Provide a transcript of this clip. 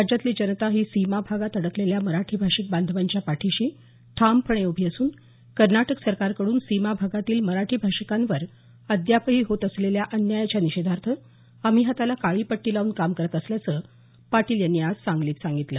राज्यातली जनता ही सीमा भागात अडकलेल्या मराठी भाषिक बांधवांच्या पाठीशी ठामपणे उभी असून कर्नाटक सरकारकड्रन सीमा भागातील मराठी भाषिकांवर अद्यापही होत असलेल्या अन्यायाच्या निषेधार्थ आम्ही हाताला काळी पट्टी लावून काम करत असल्याचं पाटील यांनी आज सांगलीत सांगितलं